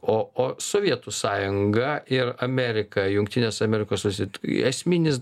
o o sovietų sąjunga ir ameriką jungtines amerikos valstijos esminis